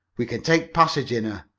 we can take passage in her.